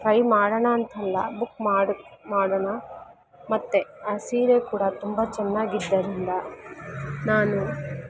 try ಮಾಡೋಣ ಅಂಥಲ್ಲ book ಮಾಡು ಮಾಡೊಣ ಮತ್ತು ಆ ಸೀರೆ ಕೂಡ ತುಂಬ ಚೆನ್ನಾಗಿದ್ದರಿಂದ ನಾನು